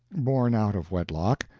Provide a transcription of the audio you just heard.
born out of wedlock,